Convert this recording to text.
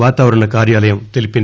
వాతావరణ కార్యాలయం తెలిపింది